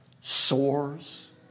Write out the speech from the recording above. soars